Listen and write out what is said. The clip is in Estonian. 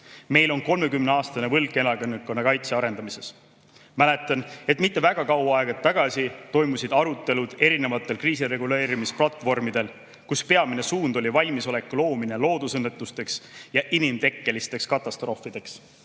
Meil on 30-aastane võlg elanikkonnakaitse arendamises. Mäletan, et mitte väga kaua aega tagasi toimusid arutelud erinevatel kriisireguleerimisplatvormidel, kus peamine suund oli valmisoleku loomine loodusõnnetusteks ja inimtekkelisteks katastroofideks.